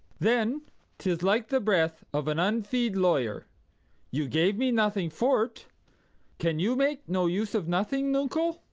then tis like the breath of an unfee'd lawyer you gave me nothing for't can you make no use of nothing, nuncle?